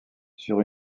sur